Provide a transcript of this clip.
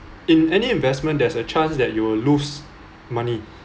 in any investment there's a chance that you will lose money